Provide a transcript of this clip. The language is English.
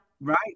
right